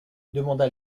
demanda